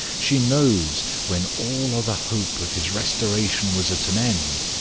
she knows, when all other hope of his restoration was at an end,